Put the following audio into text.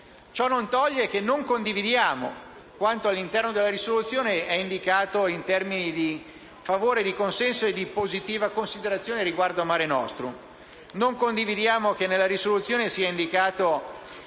Ciò non toglie che non condividiamo quanto all'interno della risoluzione è indicato, in termini di favore, di consenso e di positiva considerazione, riguardo a Mare nostrum. Non condividiamo che nella risoluzione sia indicata